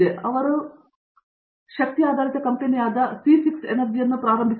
ಆದ್ದರಿಂದ ಅವರು ಶಕ್ತಿ ಆಧಾರಿತ ಕಂಪೆನಿಯಾದ ಸೀ6 ಎನರ್ಜಿ ಅನ್ನು ಪ್ರಾರಂಭಿಸಿದರು